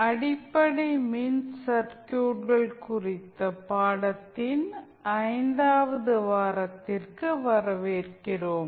அடிப்படை மின் சர்க்யூட்கள் குறித்த பாடத்தின் 5 வது வாரத்திற்கு வரவேற்கிறோம்